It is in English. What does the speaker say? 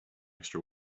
extra